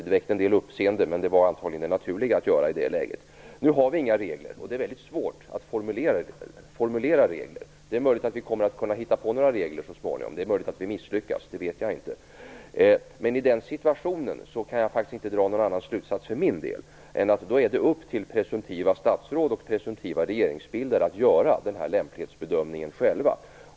Det väckte en del uppseende, men det var antagligen det naturliga att göra i det läget. Nu har vi inga regler, och det är mycket svårt att formulera regler för detta. Det är möjligt att vi kommer att kunna hitta på några regler så småningom. Det är möjligt att vi misslyckas. Det vet jag inte. Men i den här situationen kan jag för min del inte dra någon annan slutsats än att det är upp till presumtiva statsråd och presumtiva regeringsbildare att göra denna lämplighetsbedömning själva.